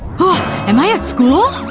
am i at school?